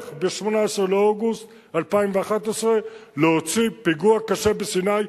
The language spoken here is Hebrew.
ב-18 באוגוסט 2011 להוציא פיגוע קשה בסיני.